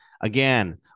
Again